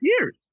years